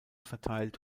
verteilt